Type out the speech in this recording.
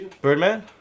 Birdman